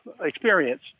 experience